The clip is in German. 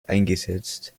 eingesetzt